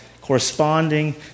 corresponding